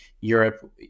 Europe